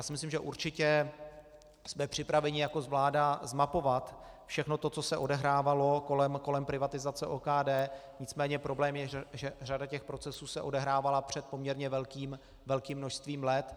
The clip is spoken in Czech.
Myslím si, že určitě jsme připraveni jako vláda zmapovat všechno to, co se odehrávalo kolem privatizace OKD, nicméně problém je, že řada těch procesů se odehrávala před poměrně velkým množstvím let.